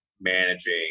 managing